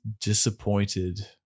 disappointed